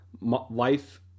life